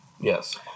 Yes